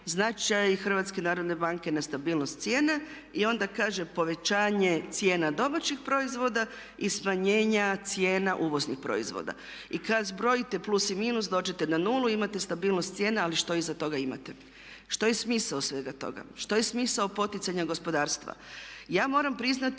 Značaj HNB-a na stabilnost cijena. I onda kaže povećanje cijena domaćih proizvoda i smanjenja cijena uvoznih proizvoda. I kad zbrojite plus i minus dođete na nulu i imate stabilnost cijena ali što iza toga imate? Što je smisao svega toga? Što je smisao poticanja gospodarstva? Ja moram priznati